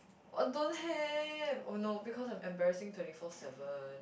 what don't have oh no because I am embarrassing twenty four seven